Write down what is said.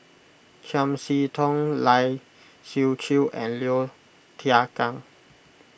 Chiam See Tong Lai Siu Chiu and Low Thia Khiang